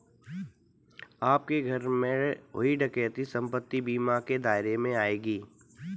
आपके घर में हुई डकैती संपत्ति बीमा के दायरे में आएगी